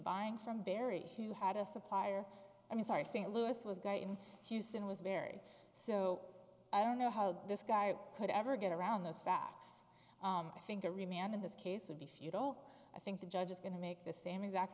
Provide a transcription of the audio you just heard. buying from barry who had a supplier i mean sorry st louis was guy in houston was buried so i don't know how this guy could ever get around those facts i think every man in this case would be futile i think the judge is going to make the same exact